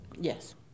Yes